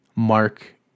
Mark